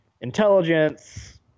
intelligence